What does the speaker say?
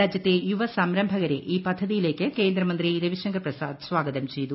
രാജ്യത്തെ യുവസംരംഭകരെ ഈ പദ്ധതിയിലേക്ക് കേന്ദ്രമന്ത്രി രവിശങ്കർ പ്രസാദ് സ്വാഗതം ചെയ്തു